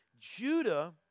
Judah